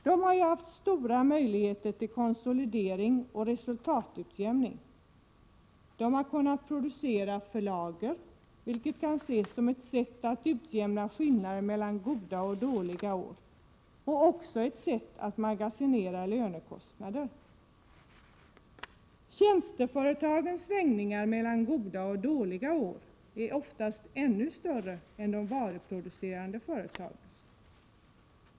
De har haft stora möjligheter till konsolidering och resultatutjämning. De har kunnat producera för lager, vilket kan ses såsom ett sätt att utjämna skillnader mellan goda och dåliga år eller som ett sätt att magasinera lönekostnader. Tjänsteföretagens svängningar mellan goda och dåliga år är oftast ännu större än de varuproducerande företagens.